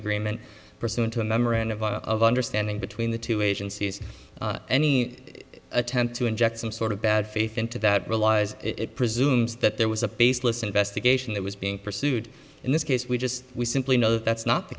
agreement pursuant to a memorandum of understanding between the two agencies any attempt to inject some sort of bad faith into that realize it presumes that there was a baseless investigation that was being pursued in this case we just simply know that's not the